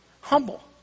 humble